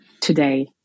today